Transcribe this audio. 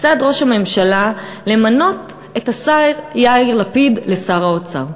מצד ראש הממשלה למנות את השר יאיר לפיד לשר האוצר.